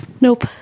Nope